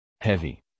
Heavy